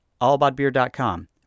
allaboutbeer.com